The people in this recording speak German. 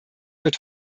wird